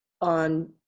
on